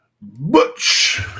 Butch